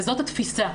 וזאת התפיסה.